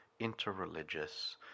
interreligious